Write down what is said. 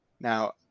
Now